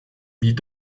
wie